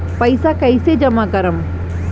पैसा कईसे जामा करम?